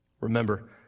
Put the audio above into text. Remember